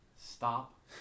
Stop